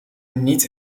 niet